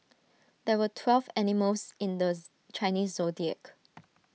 there are twelve animals in this Chinese Zodiac